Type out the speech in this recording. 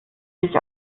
sich